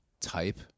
type